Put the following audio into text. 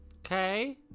Okay